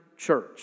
church